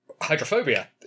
hydrophobia